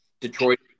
Detroit